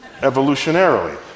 evolutionarily